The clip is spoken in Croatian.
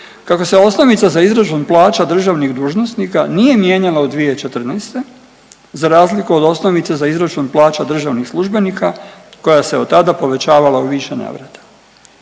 kako se osnovica za izračun plaća državnih dužnosnika nije mijenjala u 2014. za razliku od osnovice za izračun plaća državnih službenika koja se od tada povećavala u više navrata.